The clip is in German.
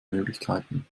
möglichkeiten